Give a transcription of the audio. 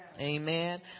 Amen